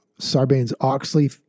Sarbanes-Oxley